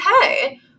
okay